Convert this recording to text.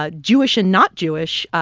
ah jewish and not jewish,